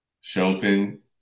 Shelton